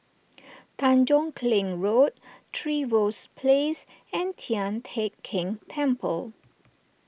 Tanjong Kling Road Trevose Place and Tian Teck Keng Temple